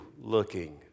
looking